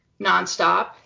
nonstop